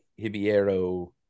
Hibiero